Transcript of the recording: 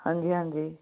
ਹਾਂਜੀ ਹਾਂਜੀ